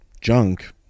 junk